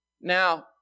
Now